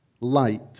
light